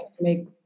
make